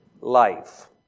life